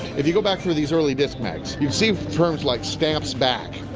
if you go back to these early diskmags, you'll see terms like stamps back!